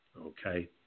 Okay